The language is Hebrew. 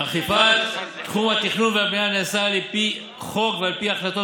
האכיפה בתחום התכנון והבנייה נעשית על פי חוק ועל פי החלטות